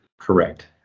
Correct